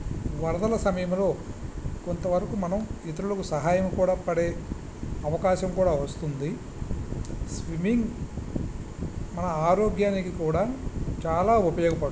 వరదల సమయంలో కొంతవరకు మనం ఇతరులకు సహాయం కూడా పడే అవకాశం కూడా వస్తుంది స్విమ్మింగ్ మన ఆరోగ్యానికి కూడా చాలా ఉపయోగపడుతుంది